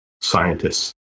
Scientists